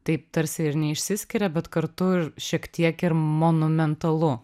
taip tarsi ir neišsiskiria bet kartu ir šiek tiek ir monumentalu